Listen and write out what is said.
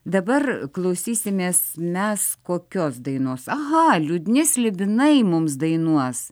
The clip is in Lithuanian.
dabar klausysimės mes kokios dainos aha liūdni slibinai mums dainuos